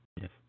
Yes